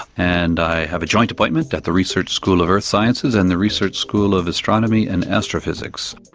and i have a joint appointment at the research school of earth sciences and the research school of astronomy and astrophysics.